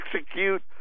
execute